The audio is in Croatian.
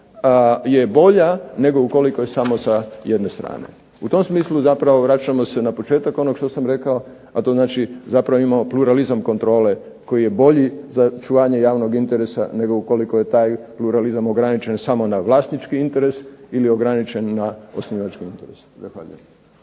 je bolja nego ukoliko je samo sa jedne strane. U tom smislu zapravo vraćamo se na početak onog što sam rekao, a to znači zapravo imamo pluralizam kontrole koji je bolji za čuvanje javnog interesa, nego ukoliko je taj pluralizam ograničen samo na vlasnički interes, ili ograničen na osnivački interes. Zahvaljujem.